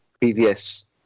previous